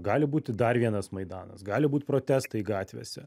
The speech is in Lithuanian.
gali būti dar vienas maidanas gali būt protestai gatvėse